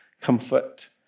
Comfort